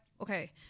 Okay